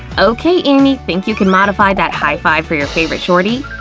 okay amy, think you can modify that high-five for your favorite shorty?